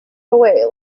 away